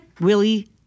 Willie